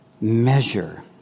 measure